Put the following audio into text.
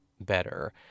better